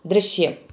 ദൃശ്യം